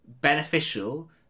beneficial